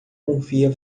confia